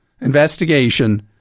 investigation